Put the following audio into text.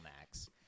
max